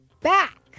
back